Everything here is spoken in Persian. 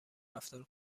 رفتار